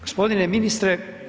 Gospodine ministre.